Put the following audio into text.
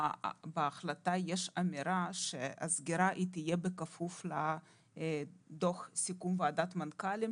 בהחלטה יש אמירה שהסגירה תהיה בכפוף לדו"ח סיכום וועדת מנכ"לים,